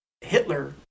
Hitler